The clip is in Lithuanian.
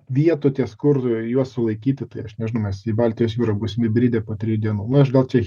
vietų ties kur juos sulaikyti tai aš nežinau mes į baltijos jūrą būsim įbridę po trijų dienųnu aš gal čia